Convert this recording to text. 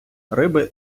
риби